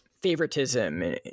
favoritism